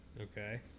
Okay